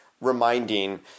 reminding